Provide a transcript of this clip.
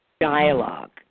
dialogue